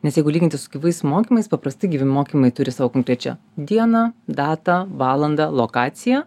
nes jeigu lyginti su gyvais mokymais paprastai gyvi mokymai turi savo konkrečią dieną datą valandą lokaciją